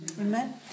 Amen